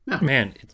Man